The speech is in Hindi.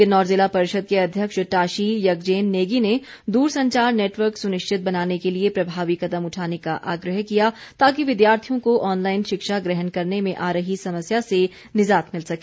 किन्नौर जिला परिषद के अध्यक्ष टाशी यगजेन नेगी ने दूर संचार नेटवर्क सुनिश्चित बनाने के लिए प्रभावी कदम उठाने का आग्रह किया ताकि विद्यार्थियों को ऑनलाईन शिक्षा ग्रहण करने में आ रही समस्या से निजात मिल सके